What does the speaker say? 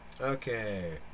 okay